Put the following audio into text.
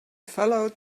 followed